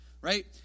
right